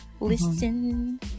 listen